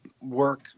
work